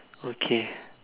okay